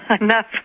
enough